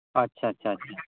ᱟᱪᱪᱷᱟ ᱟᱪᱪᱷᱟ ᱟᱪᱪᱷᱟ